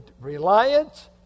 reliance